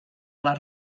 les